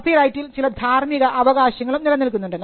copy റൈറ്റിൽ ചില ധാർമിക അവകാശങ്ങളും നിലനിൽക്കുന്നുണ്ട്